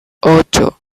ocho